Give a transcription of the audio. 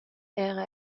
era